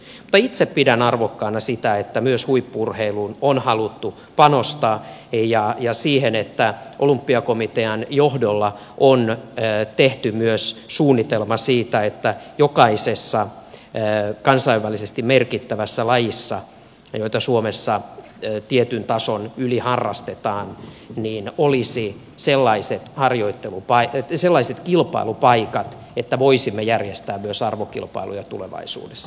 mutta itse pidän arvokkaana sitä että myös huippu urheiluun on haluttu panostaa ja että olympiakomitean johdolla on tehty myös suunnitelma siitä että jokaisessa kansainvälisesti merkittävässä lajissa jota suomessa tietyn tason yli harrastetaan olisi sellaiset kilpailupaikat että voisimme järjestää myös arvokilpailuja tulevaisuudessa